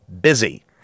busy